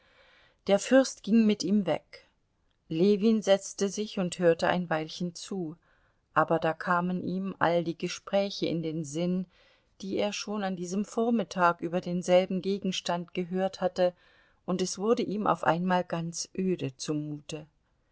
der fürst ging mit ihm weg ljewin setzte sich und hörte ein weilchen zu aber da kamen ihm all die gespräche in den sinn die er schon an diesem vormittag über denselben gegenstand gehört hatte und es wurde ihm auf einmal ganz öde zumute